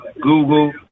Google